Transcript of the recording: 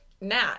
Nat